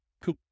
Cool